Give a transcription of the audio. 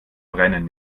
brennen